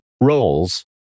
roles